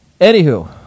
anywho